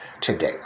today